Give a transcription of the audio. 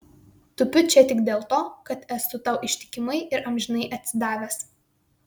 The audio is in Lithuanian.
tupiu čia tik dėl to kad esu tau ištikimai ir amžinai atsidavęs